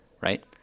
Right